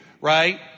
right